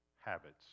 habits